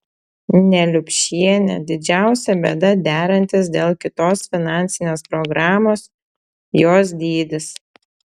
neliupšienė didžiausia bėda derantis dėl kitos finansinės programos jos dydis